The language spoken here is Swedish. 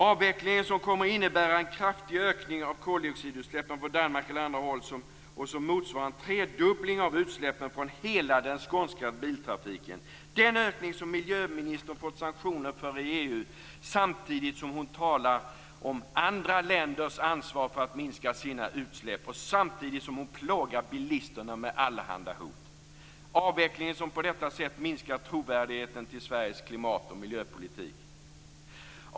Avvecklingen kommer att innebära en kraftig ökning av koldioxidutsläppen från Danmark eller andra håll. Det motsvarar en tredubbling av utsläppen från hela den skånska biltrafiken! Det är en ökning som miljöministern fått sanktioner för i EU, samtidigt som hon talar om andra länders ansvar för att minska sina utsläpp och samtidigt som hon plågar bilisterna med allehanda hot. Avvecklingen minskar på detta sätt trovärdigheten till Sveriges klimat och miljöpolitik.